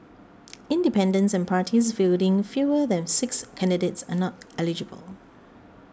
independents and parties fielding fewer than six candidates are not eligible